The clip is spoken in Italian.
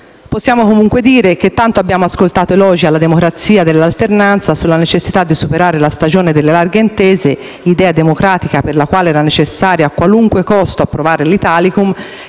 Possiamo comunque dire che tanto abbiamo ascoltato elogi alla democrazia dell'alternanza, sulla necessità di superare la stagione delle larghe intese - idea democratica per la quale era necessario a qualunque costo approvare l'Italicum